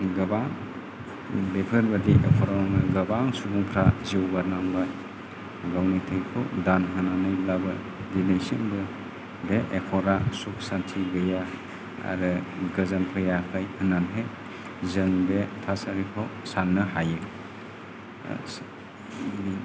गोबां बेफोरबादि एकर्दावनो गोबां सुबुंफ्रा जिउ गारनांबाय गावनि थैखौ दान होनानैब्लाबो दिनैसिमबो बे एकर्दा सुख सान्ति गैया आरो गोजोन फैयाखै होननानै जों बे थासारिखौ साननो हायो